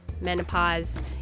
menopause